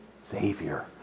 Savior